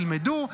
ילמדו,